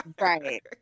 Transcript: Right